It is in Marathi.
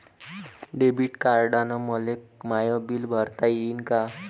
डेबिट कार्डानं मले माय बिल भरता येईन का?